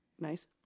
Nice